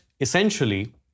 essentially